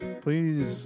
Please